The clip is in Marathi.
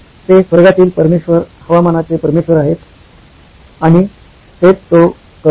ते स्वर्गातील परमेश्वर हवामानाचे परमेश्वर आहेत आणि तेच तो करतो